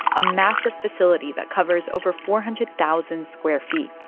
a massive facility that covers over four hundred thousand square feet.